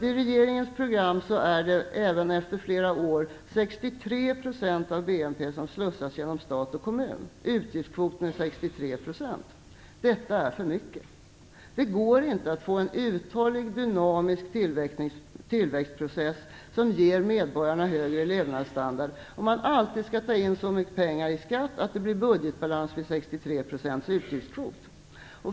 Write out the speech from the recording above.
I regeringens program är det även efter flera år 63 % av BNP som slussas genom stat och kommun. Utgiftskvoten är 63 %. Detta är för mycket. Det går inte att få en uthållig dynamisk tillväxtprocess som ger medborgarna högre levnadsstandard om man alltid skall ta in så mycket pengar i skatt att det blir budgetbalans vid 63 % utgiftskvot.